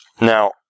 Now